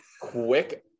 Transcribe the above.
quick